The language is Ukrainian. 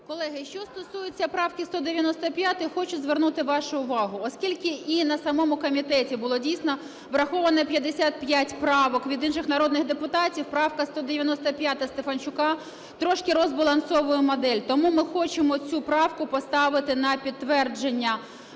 Колеги, що стосується правки 195. Хочу звернути вашу увагу, оскільки і на самому комітеті було дійсно враховано 55 правок від інших народних депутатів, правка 195 Стефанчука трошки розбалансовує модель. Тому ми хочемо цю правку поставити на підтвердження